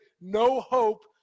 no-hope